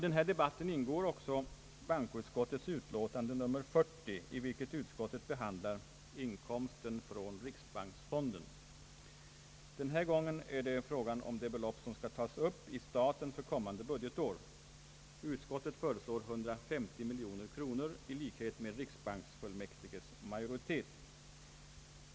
Denna debatt gäller också bankoutskottets utlåtande nr 40, i vilket utskottet behandlar inkomsten från riksbanksfonden. Den här gången är det fråga om det belopp som skall tas upp i staten för kommande budgetår. Utskottet föreslår 150 miljoner kronor i likhet med riksbanksfullmäktiges majoritet.